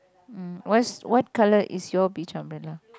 mm what's what colour is your beach umbrella